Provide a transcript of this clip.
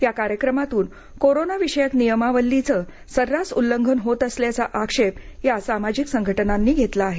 या कार्यक्रमातून कोरोनाविषयक नियमावलीचं सर्रास उल्लंघन होतं असल्याचा आक्षेप या सामाजिक संघटनांनी घेतला आहे